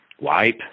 wipe